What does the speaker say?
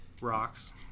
rocks